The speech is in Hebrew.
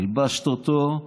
הלבשת אותו,